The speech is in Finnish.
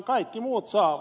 kaikki muut saavat